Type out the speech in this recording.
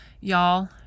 y'all